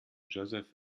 joseph